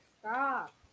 Stop